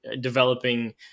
developing